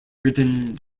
written